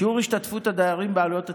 שיעור השתתפות הדיירים בעלויות התיקונים,